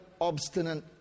obstinate